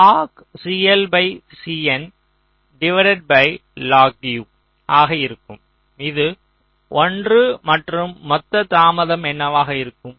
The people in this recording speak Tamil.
N ஆக இருக்கும் இது 1 மற்றும் மொத்த தாமதம் என்னவாக இருக்கும்